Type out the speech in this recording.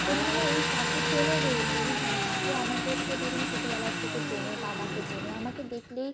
করি মানে এই কাকু চেনে যেহেতু মানে কাকু আমাদেরকে ধরুন ছোটোবেলার থেকে চেনে বাবাকে চেনে আমাকে দেখলেই